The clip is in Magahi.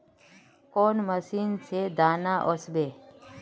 कौन मशीन से दाना ओसबे?